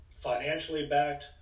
financially-backed